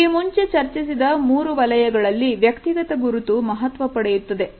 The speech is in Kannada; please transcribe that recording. ಈ ಮುಂಚೆ ಚರ್ಚಿಸಿದ ಮೂರು ವಲಯಗಳಲ್ಲಿ ವ್ಯಕ್ತಿಗತ ಗುರುತು ಮಹತ್ವ ಪಡೆಯುತ್ತದೆ